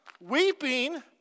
Weeping